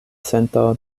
sento